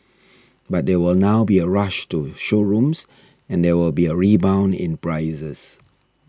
but there will now be a rush to showrooms and there will be a rebound in prices